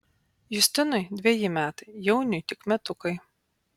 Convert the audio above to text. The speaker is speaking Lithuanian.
justinui dveji metai jauniui tik metukai